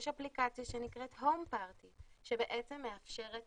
יש אפליקציה שנקראת הום-פארטי שמאפשרת